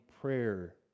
prayer